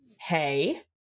Hey